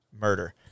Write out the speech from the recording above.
murder